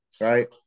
right